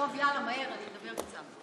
כמה מילים.